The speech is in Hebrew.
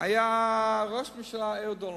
היה ראש הממשלה אהוד אולמרט,